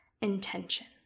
intention